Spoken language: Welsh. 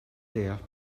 deall